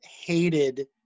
hated